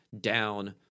down